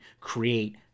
create